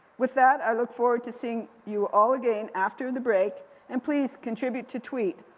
with that, i look forward to seeing you all again after the break and please contribute to tweet,